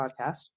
podcast